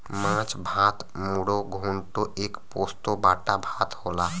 माछ भात मुडो घोन्टो के पोस्तो बाटा भात होला